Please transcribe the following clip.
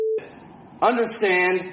Understand